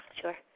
Sure